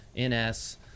NS